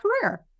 career